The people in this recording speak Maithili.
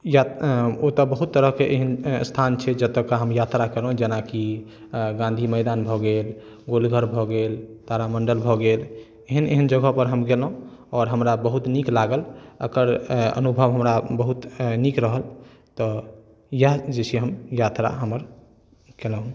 यात ओतौ बहुत तरहके एहन तरहके स्थान छै जतयके हम यात्रा केलहुँ जेनाकि गाँधी मैदान भऽ गेल गोल घर भऽ गेल तारा मण्डल भऽ गेल एहन एहन जगहपर हम गेलहुँ आओर हमरा बहुत नीक लागल एकर अनुभव हमरा बहुत नीक रहल तऽ इएह जे छै हम यात्रा हमर केलहुँ